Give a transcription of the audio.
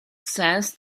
sense